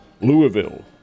louisville